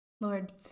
Lord